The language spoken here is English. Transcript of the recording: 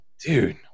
dude